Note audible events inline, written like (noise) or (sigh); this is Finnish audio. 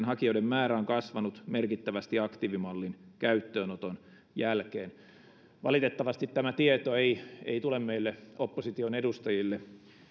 (unintelligible) hakijoiden määrä on kasvanut merkittävästi aktiivimallin käyttöönoton jälkeen valitettavasti tämä tieto ei ei tule meille opposition edustajille